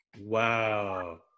Wow